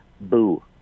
boo